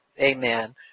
Amen